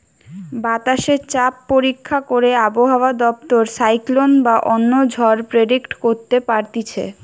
বাতাসে চাপ পরীক্ষা করে আবহাওয়া দপ্তর সাইক্লোন বা অন্য ঝড় প্রেডিক্ট করতে পারতিছে